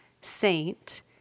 saint